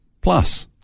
plus